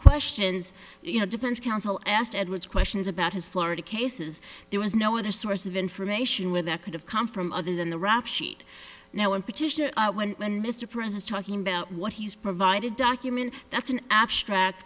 questions you know defense counsel asked edwards questions about his florida cases there was no other source of information with that could have come from other than the rap sheet now and petition when when me to prisons talking about what he's provided document that's an abstract